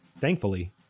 Thankfully